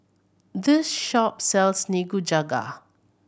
this shop sells Nikujaga